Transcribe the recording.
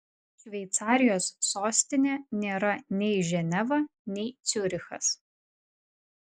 šveicarijos sostinė nėra nei ženeva nei ciurichas